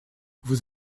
vous